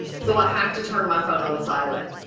so i have to turn my phone on silent.